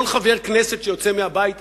כל חבר כנסת שיוצא מהבית הזה,